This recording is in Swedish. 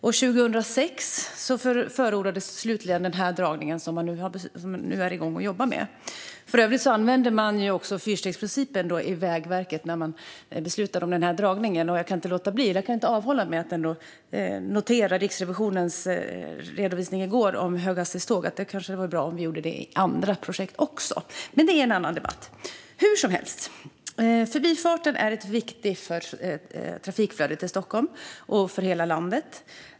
År 2006 förordades slutligen den dragning som man nu jobbar med. För övrigt använde man fyrstegsprincipen i Vägverket när man beslutade om denna dragning. Apropå Riksrevisionens redovisning i går om höghastighetståg kan jag tycka att det kanske hade varit bra om vi gjorde det också i andra projekt, men det är en annan debatt. Hur som helst är Förbifarten viktig för trafikflödet i Stockholm och hela landet.